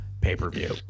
pay-per-view